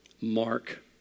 mark